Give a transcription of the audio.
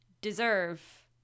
deserve